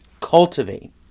Cultivate